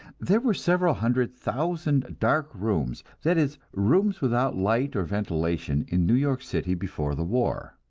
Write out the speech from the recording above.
there were several hundred thousand dark rooms, that is rooms without light or ventilation, in new york city before the war.